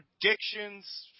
predictions